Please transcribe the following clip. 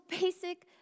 basic